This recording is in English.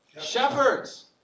shepherds